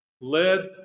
Led